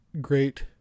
great